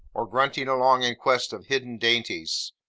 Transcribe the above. or grunting along in quest of hidden dainties.